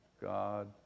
God